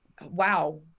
wow